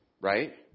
right